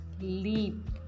leap